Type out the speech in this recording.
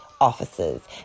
offices